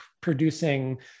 producing